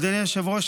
אדוני היושב-ראש,